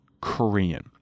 Korean